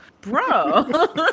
bro